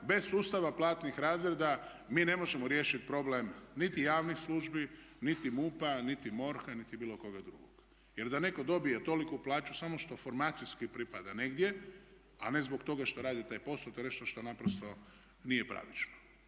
bez sustava platnih razreda mi ne možemo riješiti problem niti javnih službi, niti MUP-a, niti MORH-a niti bilo koga drugog. Jer da netko dobije toliku plaću samo što formacijski pripada negdje a ne zbog toga što radi taj posao to je nešto šta naprosto nije pravično.